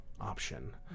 option